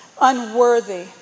unworthy